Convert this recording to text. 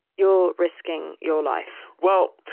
you're risking your life well,